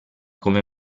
come